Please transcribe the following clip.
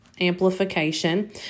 amplification